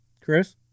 Chris